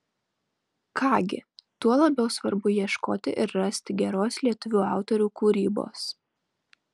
ką gi tuo labiau svarbu ieškoti ir rasti geros lietuvių autorių kūrybos